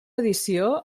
edició